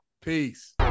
Peace